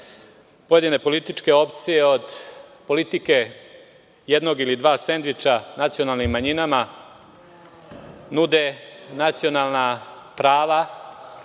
pojedine političke opcije od politike jednog ili dva sendviča nacionalnim manjinama nude nacionalna prava.